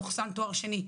לוכסן תואר שני.